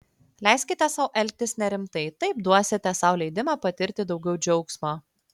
leiskite sau elgtis nerimtai taip duosite sau leidimą patirti daugiau džiaugsmo